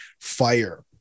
fire